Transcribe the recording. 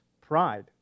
pride